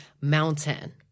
mountain